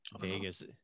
Vegas